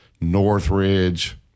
Northridge